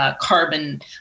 carbon